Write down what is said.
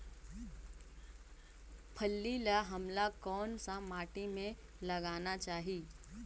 फल्ली ल हमला कौन सा माटी मे लगाना चाही?